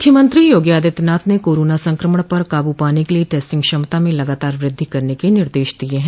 मुख्यमंत्री योगी आदित्यनाथ ने कोरोना संक्रमण पर काबू पाने के लिये टेस्टिंग क्षमता में लगातार वृद्धि करने के निर्देश दिये हैं